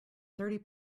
thirty